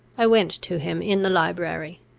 i went to him in the library.